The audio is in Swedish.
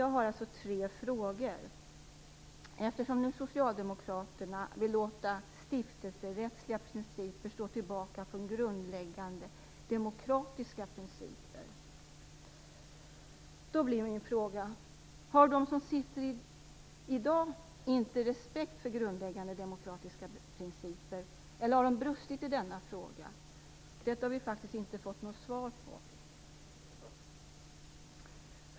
Jag har alltså tre frågor, eftersom Socialdemokraterna vill låta stiftelserättsliga principer stå tillbaka för grundläggande demokratiska principer. Då blir min fråga: Har de som sitter i styrelserna i dag inte respekt för grundläggande demokratiska principer, eller har de brustit i denna fråga? Det har vi faktiskt inte fått något svar på.